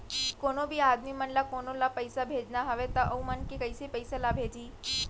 कोन्हों भी आदमी मन ला कोनो ला पइसा भेजना हवय त उ मन ह कइसे पइसा ला भेजही?